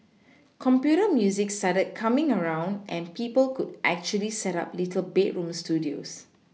computer music started coming around and people could actually set up little bedroom studios